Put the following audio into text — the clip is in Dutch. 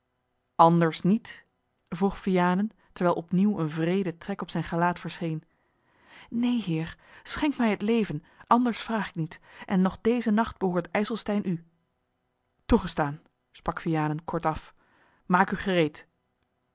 anders niet vroeg vianen terwijl opnieuw een wreede trek op zijn gelaat verscheen neen heer schenk mij het leven anders vraag ik niet en nog dezen nacht behoort ijselstein u toegestaan sprak vianen kortaf maak u gereed